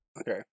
Okay